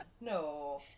No